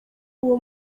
uwo